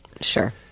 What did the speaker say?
Sure